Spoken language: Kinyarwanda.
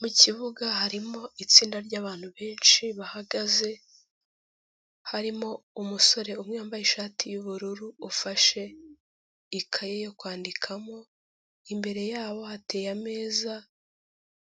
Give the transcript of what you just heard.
Mu kibuga harimo itsinda ry'abantu benshi bahagaze, harimo umusore umwe wambaye ishati y'ubururu ufashe ikaye yo kwandikamo, imbere yabo hateye ameza,